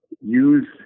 use